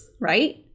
right